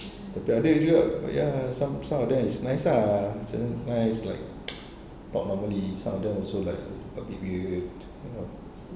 tapi ada juga ya some some of them is nice ah nice like talk normally some of them also like a bit weird you know